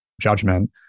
judgment